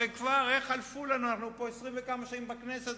הרי אנחנו פה 20 וכמה שנים בכנסת,